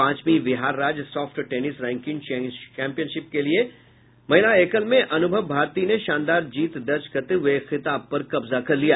पांचवी बिहार राज्य soft tennis ranking championship के महिला एकल में अनुभव भारती ने शानदार जीत दर्ज करते हये खिताब पर कब्जा कर लिया